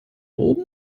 oben